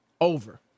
over